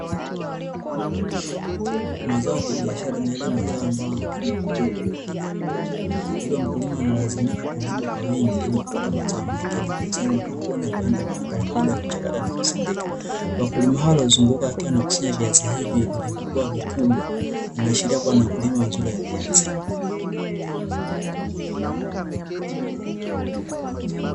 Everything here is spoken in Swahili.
Mazao ya kibiashara ni yale mazao yanayolimwa kwa eneo kubwa kwa ajili ya kuuzwa, hivyo mkulima analazimika kulima kwa wingi ili kupata mazao mengi ili kuuzia makampuni na viwanda mbalimbalikwa ajili yakuchakata na kusindika. Wakulima hawa waliozunguka wakiwa wanakusanya viazi hivi vilivyokuwa vikubwa inaashiria kuwa ni wakulima wazuri wa viazi.